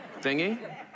thingy